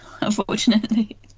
unfortunately